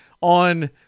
on